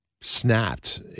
snapped